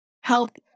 help